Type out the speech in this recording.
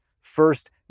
First